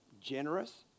generous